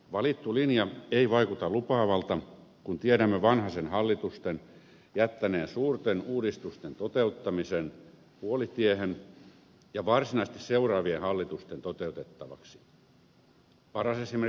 valittu linja ei vaikuta lupaavalta kun tiedämme vanhasen hallitusten jättäneen suurten uudistusten toteuttamisen puolitiehen ja varsinaisesti seuraavien hallitusten toteutettavaksi